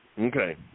Okay